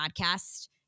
podcast